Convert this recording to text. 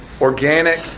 Organic